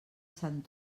sant